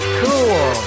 cool